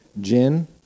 gin